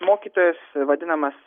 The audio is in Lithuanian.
mokytojas vadinamas